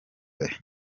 aya